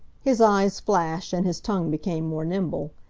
his eyes flashed, and his tongue became more nimble.